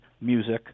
music